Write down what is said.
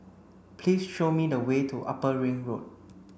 please show me the way to Upper Ring Road